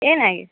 ಏನಾಗಿತ್ತು